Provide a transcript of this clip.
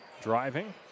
driving